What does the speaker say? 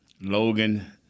Logan